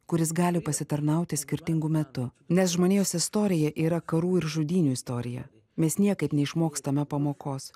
kuris gali pasitarnauti skirtingu metu nes žmonijos istorija yra karų ir žudynių istorija mes niekaip neišmokstame pamokos